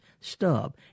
stub